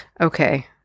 Okay